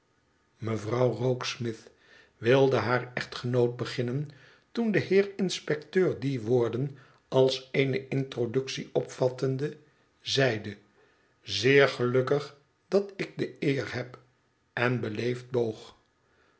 mevrouw rokesmith wilde haar echtgenoot beginnen toen de heer inspecteur die woorden als eene introductie opvattende zeide zeer gelukkig dat ik de eer heb en beleefd boog